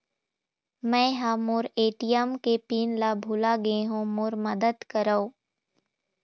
मै ह मोर ए.टी.एम के पिन ला भुला गे हों मोर मदद करौ